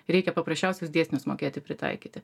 reikia paprasčiausius dėsnius mokėti pritaikyti